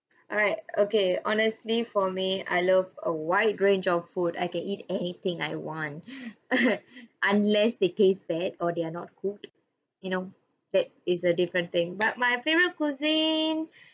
alright okay honestly for me I love a wide range of food I can eat anything I want unless they taste bad or they are not cooked you know that is a different thing but my favourite cuisine